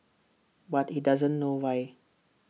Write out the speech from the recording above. but he doesn't know why